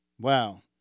Wow